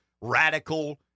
radical